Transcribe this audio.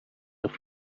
رفت